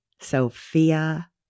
Sophia